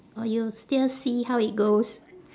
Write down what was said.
or you still see how it goes